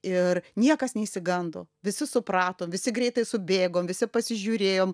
ir niekas neišsigando visi suprato visi greitai subėgom visi pasižiūrėjom